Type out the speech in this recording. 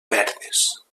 verdes